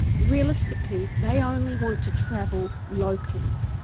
realistically they only want to travel locally.